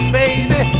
baby